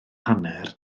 hanner